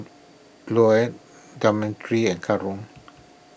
Lorne Demetri and Karon